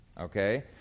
okay